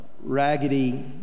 raggedy